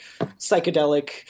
psychedelic